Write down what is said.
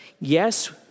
yes